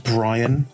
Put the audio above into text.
Brian